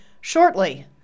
shortly